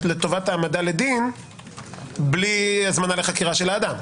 לטובת העמדה לדין בלי הזמנה לחקירה של האדם.